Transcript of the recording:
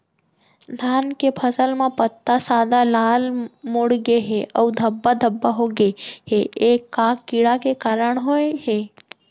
धान के फसल म पत्ता सादा, लाल, मुड़ गे हे अऊ धब्बा धब्बा होगे हे, ए का कीड़ा के कारण होय हे?